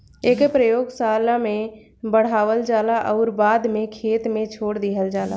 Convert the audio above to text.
एके प्रयोगशाला में बढ़ावल जाला अउरी बाद में खेते में छोड़ दिहल जाला